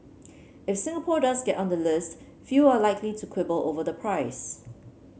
if Singapore does get on the list few are likely to quibble over the price